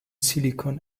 silicon